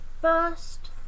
first